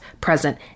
present